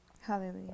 Hallelujah